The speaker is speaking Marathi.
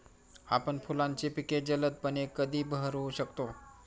आपण फुलांची पिके जलदपणे कधी बहरू शकतो?